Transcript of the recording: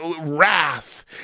wrath